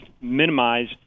minimize